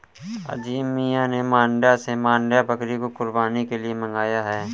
अजीम मियां ने मांड्या से मांड्या बकरी को कुर्बानी के लिए मंगाया है